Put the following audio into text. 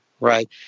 right